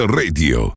radio